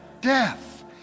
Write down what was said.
Death